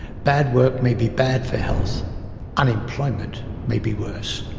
bad work may be bad for health unemployment may be worse.